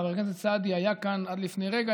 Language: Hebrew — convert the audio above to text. חבר הכנסת סעדי היה כאן עד לפני רגע,